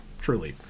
truly